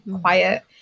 quiet